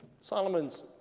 Solomon's